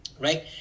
Right